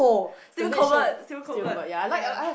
Stephen-Colbert Stephen-Colbert ya